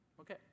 okay